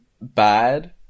bad